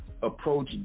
approach